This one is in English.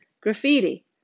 graffiti